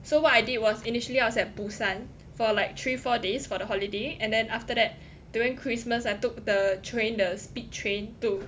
so what I did was initially I was at Busan for like three four days for the holiday and then after that during christmas I took the train the speed train to